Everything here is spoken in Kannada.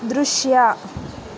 ದೃಶ್ಯ